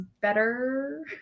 better